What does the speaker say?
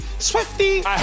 Swifty